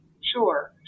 Sure